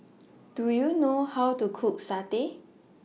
Do YOU know How to Cook Satay